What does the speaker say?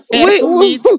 Wait